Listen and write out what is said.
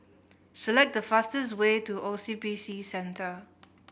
select the fastest way to O C B C Centre